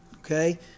Okay